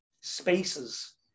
spaces